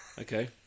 Okay